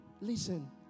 listen